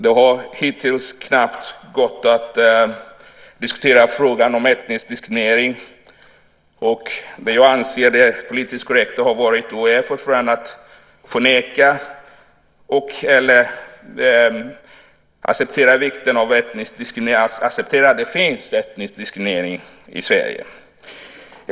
Det har hittills knappt gått att diskutera frågan om etnisk diskriminering. Det som har varit och fortfarande är politiskt korrekt, anser jag, är att förneka eller acceptera att det finns etnisk diskriminering i Sverige.